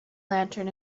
lantern